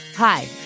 Hi